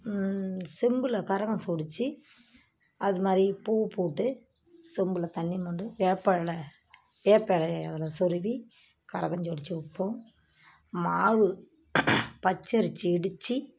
செம்பில் கரகம் சோடிச்சு அது மாதிரி பூ போட்டு சொம்பில் தண்ணி மொண்டு வேப்பில வேப்ப இலைய அதில் சொருவி கரகம் சோடிச்சு வைப்போம் மாவு பச்சரிசி இடித்து